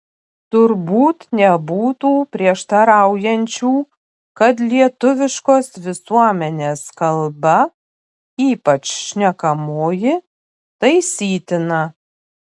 turbūt nebūtų prieštaraujančių kad lietuviškos visuomenės kalba ypač šnekamoji taisytina